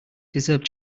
deserve